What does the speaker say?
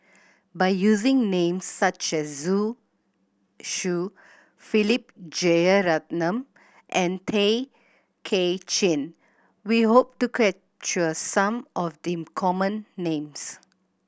by using names such as Zhu Xu Philip Jeyaretnam and Tay Kay Chin we hope to capture some of the common names